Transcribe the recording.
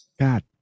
God